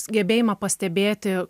gebėjimą pastebėti